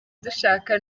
dushaka